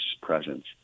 presence